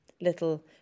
little